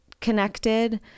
connected